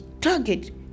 target